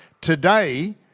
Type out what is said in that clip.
Today